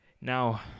Now